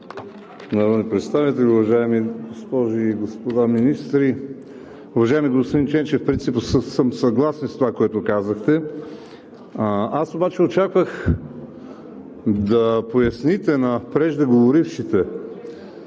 народни представители, уважаеми госпожи и господа министри! Уважаеми господин Ченчев, принципно съм съгласен с това, което казахте. Аз обаче очаквах да поясните на преждеговорившите,